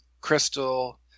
Crystal